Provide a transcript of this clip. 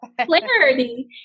clarity